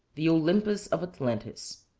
the olympus of atlantis.